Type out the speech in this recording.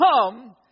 come